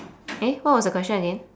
eh what was your question again